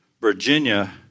Virginia